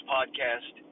Podcast